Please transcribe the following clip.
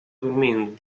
dormindo